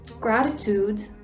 gratitude